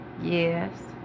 Yes